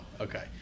okay